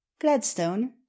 Gladstone